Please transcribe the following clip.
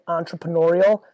entrepreneurial